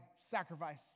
sacrifice